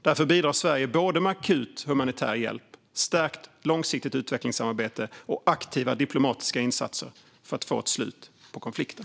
Därför bidrar Sverige både med akut humanitär hjälp, stärkt långsiktigt utvecklingssamarbete och aktiva diplomatiska insatser för att få ett slut på konflikten.